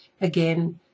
Again